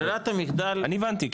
ברירת המחדל --- אני הבנתי,